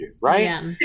right